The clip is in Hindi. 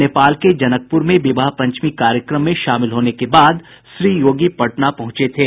नेपाल के जनकपुर में विवाह पंचमी कार्यक्रम में शामिल होने के बाद श्री योगी पटना पहुंचे थे